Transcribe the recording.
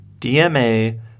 DMA